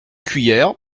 cuillère